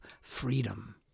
freedom